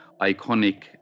iconic